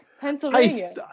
Pennsylvania